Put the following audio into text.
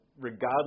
regardless